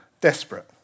desperate